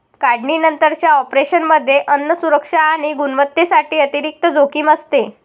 काढणीनंतरच्या ऑपरेशनमध्ये अन्न सुरक्षा आणि गुणवत्तेसाठी अतिरिक्त जोखीम असते